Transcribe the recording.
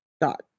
Dot